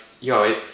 yo